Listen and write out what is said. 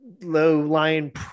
low-lying